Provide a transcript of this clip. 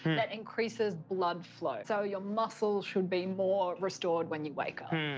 that increases blood flow. so your muscles should be more restored when you wake